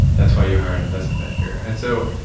that's why you hire an investment banker. and so,